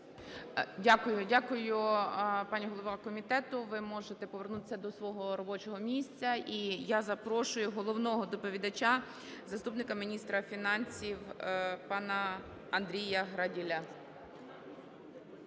Дякую, дякую, пані голова комітету. Ви можете повернутися до свого робочого місця. І я запрошую головного доповідача – заступника міністра фінансів пана Андрія Граділя.